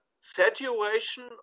saturation